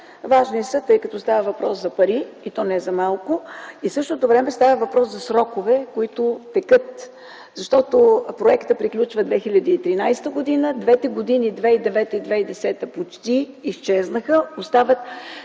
Важни са, тъй като става въпрос за пари и то не за малко. В същото време става въпрос за срокове, които текат. Проектът приключва през 2013 г., двете години – 2009 и 2010 г., почти изчезнаха. Остават